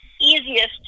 easiest